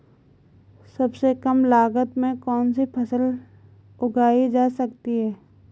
सबसे कम लागत में कौन सी फसल उगाई जा सकती है